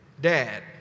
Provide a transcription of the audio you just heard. dad